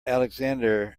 alexander